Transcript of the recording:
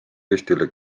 eestile